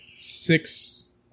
six